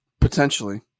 Potentially